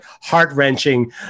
heart-wrenching